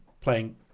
playing